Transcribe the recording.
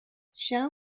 shall